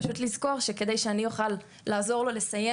פשוט לזכור שכדי שאני אוכל לעזור לו לסיים